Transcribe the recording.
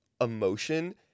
emotion